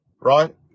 right